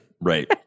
right